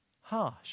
harsh